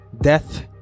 Death